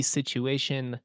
situation